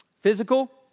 physical